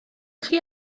chi